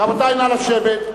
רבותי, נא לשבת.